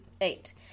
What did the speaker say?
eight